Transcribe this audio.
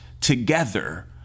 Together